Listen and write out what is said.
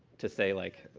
to say, like,